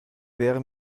wäre